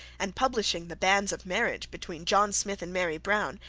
and publishing the banns of marriage between john smith and mary brown,